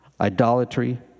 idolatry